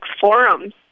forums